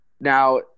Now